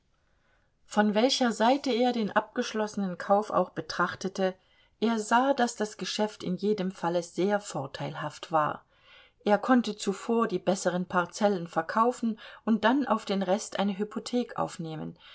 von welcher seite er den abgeschlossenen kauf auch betrachtete er sah daß das geschäft in jedem falle sehr vorteilhaft war er konnte zuvor die besseren parzellen verkaufen und dann auf den rest eine hypothek aufnehmen